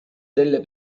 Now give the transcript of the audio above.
delle